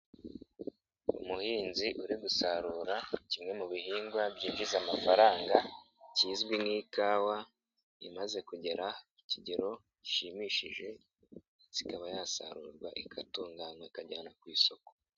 Umuhinzi uri gusarura kimwe mu bihingwa byinjiza amafaranga kizwi nk'ikawa imaze kugera ku kigero gishimishije ikaba yasarurwa igatunganywaa ikajyanwa ku isoko.